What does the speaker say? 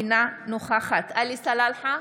אינה נוכחת עלי סלאלחה,